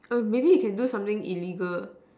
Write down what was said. err maybe you can do something illegal